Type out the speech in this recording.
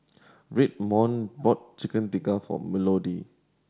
Redmond bought Chicken Tikka for Melodee